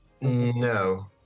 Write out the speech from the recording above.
No